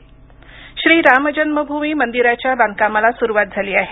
राम मंदिर श्री राम जन्मभूमी मंदिराच्या बांधकामाला सुरुवात झाली आहे